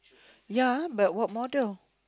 ya but what model